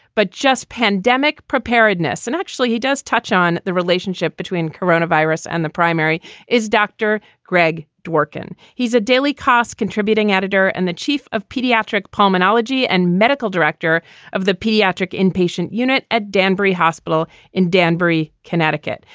but just pandemic preparedness. and actually, he does touch on the relationship between coronavirus and the primary is dr. greg dworkin. he's a daily kos contributing editor and the chief of pediatric pulmonology and medical director of the pediatric inpatient unit at danbury hospital in danbury, connecticut.